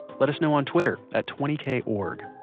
let us know on twitter at twenty k org.